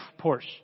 Porsche